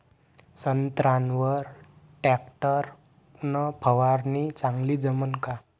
संत्र्यावर वर टॅक्टर न फवारनी चांगली जमन का?